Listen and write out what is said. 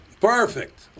Perfect